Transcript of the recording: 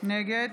נגד